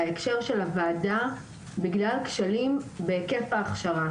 בהקשר של הוועדה בגלל כשלים בהיקף ההכשרה.